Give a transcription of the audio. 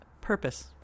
purpose